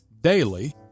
daily